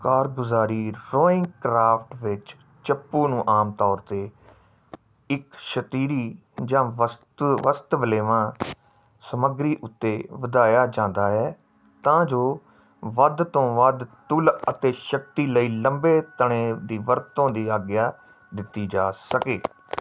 ਕਾਰਗੁਜ਼ਾਰੀ rowing craft ਵਿੱਚ ਚੱਪੂ ਨੂੰ ਆਮ ਤੌਰ 'ਤੇ ਇੱਕ ਸ਼ਤੀਰੀ ਜਾਂ ਵਸਤ ਵਸਤ ਵਲੇਵਾਂ ਸਮੱਗਰੀ ਉੱਤੇ ਵਧਾਇਆ ਜਾਂਦਾ ਹੈ ਤਾਂ ਜੋ ਵੱਧ ਤੋਂ ਵੱਧ ਤੁਲ ਅਤੇ ਸ਼ਕਤੀ ਲਈ ਲੰਬੇ ਤਣੇ ਦੀ ਵਰਤੋਂ ਦੀ ਆਗਿਆ ਦਿੱਤੀ ਜਾ ਸਕੇ